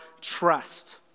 trust